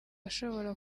ashobora